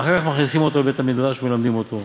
ואחר כך מכניסין אותו לבית-המדרש ומלמדין אותו.